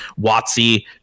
watsy